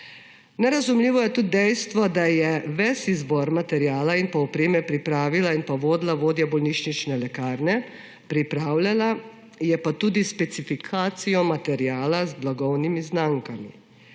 Nerazumljivo je tudi dejstvo, da je ves izbor materiala in opreme pripravila in vodila vodja bolnišnične lekarne, pripravljala je pa tudi specifikacijo materiala z blagovnimi znamkami.